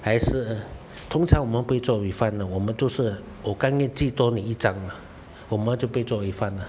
还是通常我们不会做 refund 呢我们都是我甘愿寄多你一张我们就不会做 refund 的